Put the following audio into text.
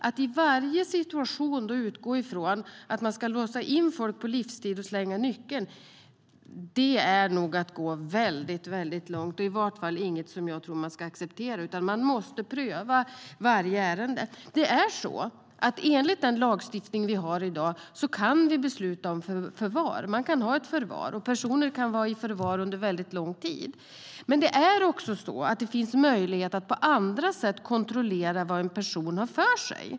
Att i varje situation utgå ifrån att man ska låsa in folk på livstid och slänga nyckeln är nog att gå väldigt långt. Det är i varje fall inget som man ska acceptera, utan man måste pröva varje ärende. Enligt den lagstiftning som vi har i dag kan det beslutas om förvar. Personer kan vara i förvar under väldigt lång tid. Men det finns också möjlighet att på andra sätt kontrollera vad en person har för sig.